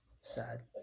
Sad